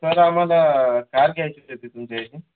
sir आम्हाला car घ्यायची होती ती तुमच्या इथं